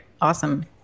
Awesome